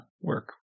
work